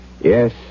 Yes